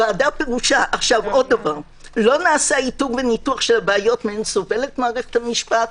לא נעשה איתור וניתוח של הבעיות שמהן סובלת מערכת המשפט.